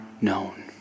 known